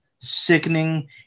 sickening